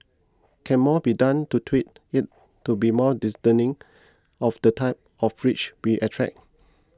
can more be done to tweak it to be more discerning of the type of rich we attract